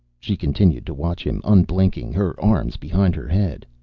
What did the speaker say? she continued to watch him, unblinking, her arms behind her head.